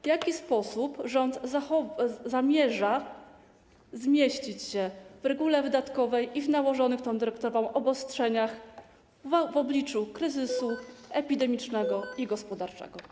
W jaki sposób rząd zamierza zmieścić się w regule wydatkowej i w nałożonych tą dyrektywą obostrzeniach w obliczu kryzysu epidemicznego i gospodarczego?